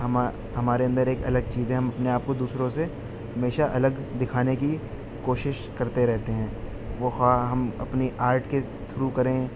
ہمارے اندر ایک الگ چیزیں ہیں اپنے آپ کو دوسرے سے ہمیشہ الگ دکھانے کی کوشش کرتے رہتے ہیں وہ خواہ ہم اپنی آرٹ کے تھرو کریں